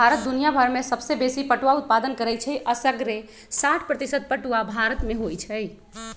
भारत दुनियाभर में सबसे बेशी पटुआ उत्पादन करै छइ असग्रे साठ प्रतिशत पटूआ भारत में होइ छइ